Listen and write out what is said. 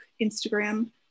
instagram